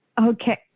Okay